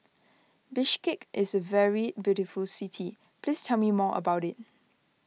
Bishkek is a very beautiful city please tell me more about it